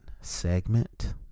segment